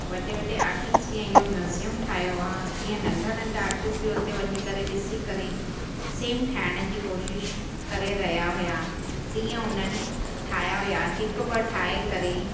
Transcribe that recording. वॾे वॾे आटिस्ट जीअं इहो मयूज़ीयम ठाहियो आहे तीअं नंढा नंढा आटिस्ट उते वञी करे ॾिसी करे सेम ठाहिण जी कोशिशि करे रहिया हुआ तीअं उन्हनि ठाहिया हुआ हिकु ॿ ठाहे करे